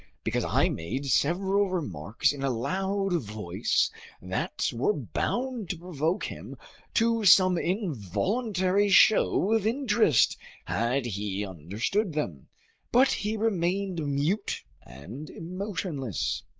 because i made several remarks in a loud voice that were bound to provoke him to some involuntary show of interest had he understood them but he remained mute and emotionless.